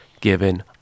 given